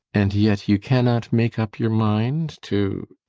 and yet you cannot make up your mind to?